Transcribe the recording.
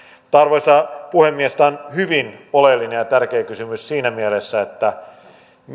arvoisa puhemies tämä on hyvin oleellinen ja ja tärkeä kysymys siinä mielessä että